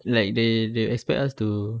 like they they expect us to